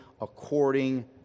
according